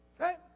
Okay